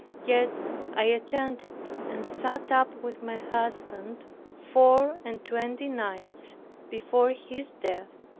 yet i attended and sat up with my husband four and twenty nights before his death.